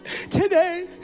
today